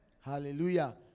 Hallelujah